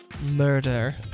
Murder